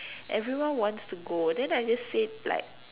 everyone wants to go then I just say like